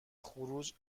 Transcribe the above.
خروج